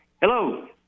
Hello